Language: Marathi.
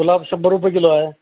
गुलाब शंभर रुपये किलो आहे